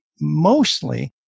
mostly